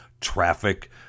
Traffic